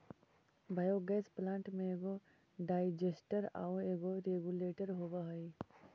biogas plant में एगो digester आउ एगो रेगुलेटर होवऽ हई